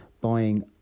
buying